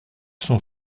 sont